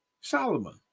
Solomon